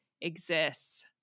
exists